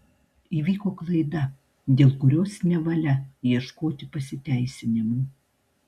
įvyko klaida dėl kurios nevalia ieškoti pasiteisinimų